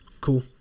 Cool